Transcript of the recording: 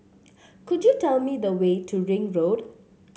could you tell me the way to Ring Road